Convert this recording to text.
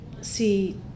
see